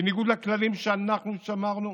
בניגוד לכללים שאנחנו שמרנו